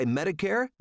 Medicare